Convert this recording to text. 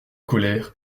colère